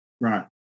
Right